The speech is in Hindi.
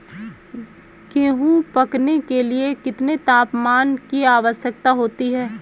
गेहूँ पकने के लिए कितने तापमान की आवश्यकता होती है?